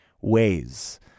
ways